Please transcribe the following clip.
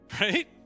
Right